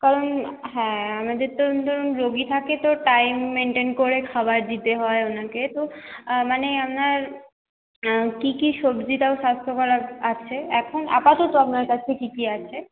কারণ হ্যাঁ আমাদের তো ধরুন রোগী থাকে তো টাইম মেনটেন করে খাবার দিতে হয় ওনাকে তো মানে আপনার কী কী সবজি তাও স্বাস্থ্যকর আছে এখন আপাতত আপনার কাছে কী কী আছে